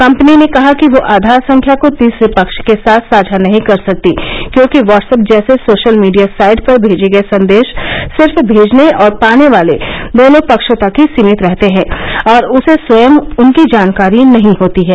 company ने कहा कि वह आधार संख्या को तीसरे पक्ष के साथ साझा नहीं कर सकती क्योंकि वाट्सऐप जैसे सोशल मीडिया साइट पर मेजे गए संदेश सिर्फ भेजने और पाने वाले दोनों पक्षों तक ही सीमित रहते हैं और उसे स्वयं उनकी जानकारी नहीं होती है